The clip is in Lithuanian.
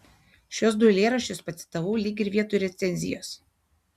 šiuos du eilėraščius pacitavau lyg ir vietoj recenzijos